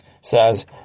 says